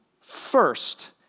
first